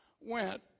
went